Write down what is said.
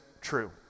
true